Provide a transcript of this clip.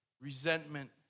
resentment